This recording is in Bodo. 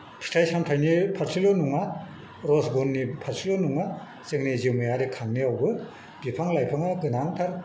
फिथाइ सामथायनि फारसेल' नङा रसगुननि फारसेल' नङा जोंनि जिउमा आरि खांनायावबो बिफां लाइफाङा गोनांथार